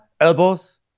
elbows